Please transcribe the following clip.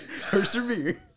Persevere